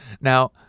Now